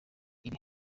ibi